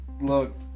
look